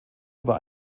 über